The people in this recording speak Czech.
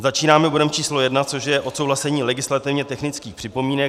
Začínáme bodem číslo 1, což je odsouhlasení legislativně technických připomínek.